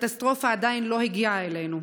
הקטסטרופה עדיין לא הגיעה אלינו,